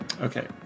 Okay